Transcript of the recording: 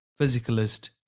physicalist